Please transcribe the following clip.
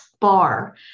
bar